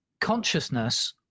consciousness